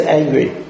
angry